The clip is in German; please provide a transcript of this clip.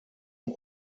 und